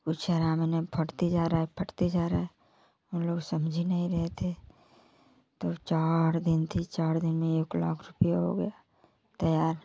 कुछ आराम नहीं फटते जा रहा फटते जा रहा है उन लोग समझी नहीं रहे थे तो चार दिन थी चार दिन में एक लाख रुपया हो गया तैयार